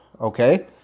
okay